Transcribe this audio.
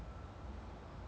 ya just